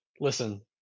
Listen